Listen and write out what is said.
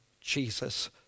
Jesus